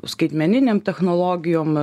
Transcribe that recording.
skaitmeninėm technologijom